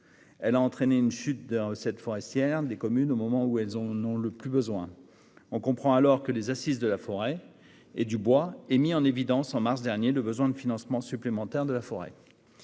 Elle a entraîné une chute des recettes forestières des communes au moment où elles en ont le plus besoin. On comprend alors que les Assises de la forêt et du bois aient mis en évidence, au mois de mars dernier, le besoin de financements supplémentaires. Cette